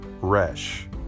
Resh